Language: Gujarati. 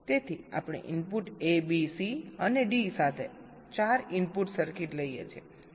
તેથી આપણે ઇનપુટ ABC અને D સાથે 4 ઇનપુટ સર્કિટ લઇએ છીએ